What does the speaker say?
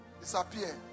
disappear